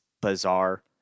bizarre